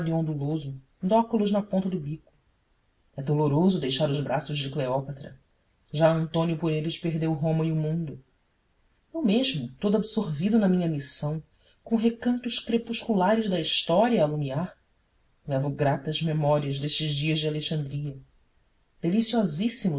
de óculos na ponta do bico e doloroso deixar os braços de cleópatra já antônio por eles perdeu roma e o mundo eu mesmo todo absorvido na minha missão com recantos crepusculares da história a alumiar levo gratas memórias destes dias de alexandria deliciosíssimos